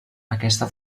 aquesta